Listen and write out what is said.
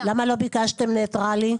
למה לא ביקשתם ניטרלי?